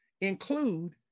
include